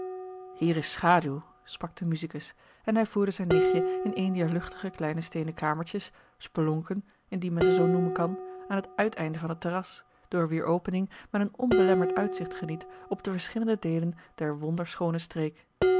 hier is schaduw sprak de musicus en hij voerde zijn nichtje in een dier luchtige kleine steenen kamertjes spelonken indien men ze zoo noemen kan aan het uiteinde van het terras door wier opening men een onbelemmerd uitzicht geniet op de verschillende deelen der wonder schoone streek